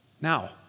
Now